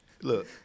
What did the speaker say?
look